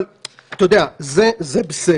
אבל אתה יודע, זה בסדר.